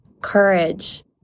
courage